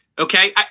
okay